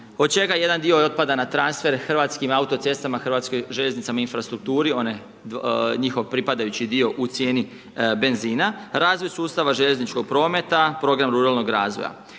od čega jedan dio otpada na transfer Hrvatskim autocestama, Hrvatskoj željeznici infrastrukturi onaj njihov pripadajući dio u cijeni benzina, razvoj sustava željezničkog prometa, program ruralnog razvoja.